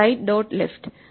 right dot left